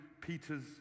Peter's